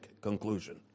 conclusion